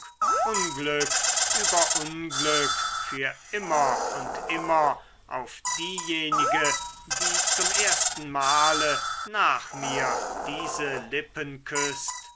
unglück über unglück für immer und immer auf diejenige die zum ersten male nach mir diese lippen küßt